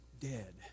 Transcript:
dead